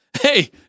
Hey